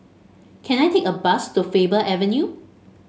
can I take a bus to Faber Avenue